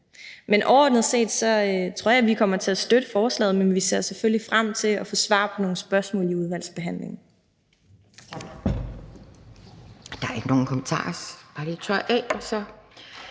Overordnet set tror jeg, at vi kommer til at støtte forslaget, men vi ser selvfølgelig frem til at få svar på nogle spørgsmål i udvalgsbehandlingen.